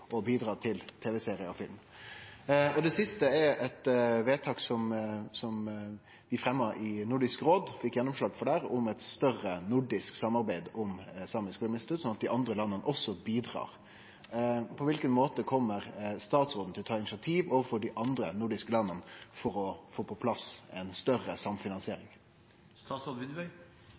å bidra til TV-seriar og film? Det andre spørsmålet gjeld eit vedtak som vi fremja i Nordisk råd og fekk gjennomslag for der, om eit større nordisk samarbeid om Internasjonalt Samisk Filminstitutt, sånn at dei andre landa også bidrar. På kva for måte kjem statsråden til å ta initiativ overfor dei andre nordiske landa for å få på plass ei større